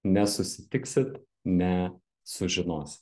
nesusitiksit ne sužinosi